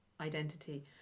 identity